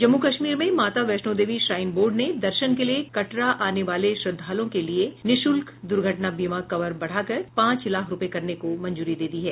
जम्मू कश्मीर में Mata Vaishno Devi shrine board ने दर्शन के लिए कटरा आने वाले श्रद्वालुओं के लिए निःशुल्क दुर्घटना बीमा कवर बढ़ाकर पांच लाख रुपये करने को मंजूरी दे दी है